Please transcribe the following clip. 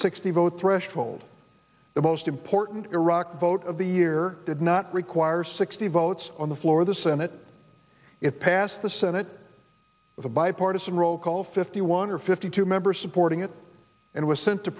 sixty vote threshold the most important iraq vote of the year did not require sixty votes on the floor of the senate it passed the senate with a bipartisan roll call fifty one or fifty two members supporting it and was sent to